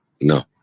No